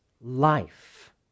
life